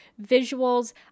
visuals